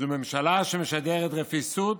זו ממשלה שמשדרת רפיסות